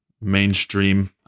mainstream